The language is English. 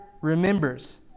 remembers